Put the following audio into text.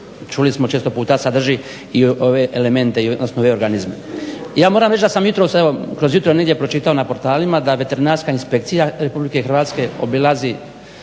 čuli smo često puta sadrži i ove elemente i ove organizme. Ja moram reći da sam jutros, kroz jutro negdje pročitao na portalima da veterinarska inspekcija RH obilazi